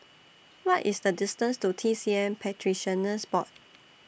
What IS The distance to T C M Practitioners Board